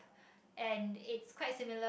and it's quite similar